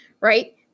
right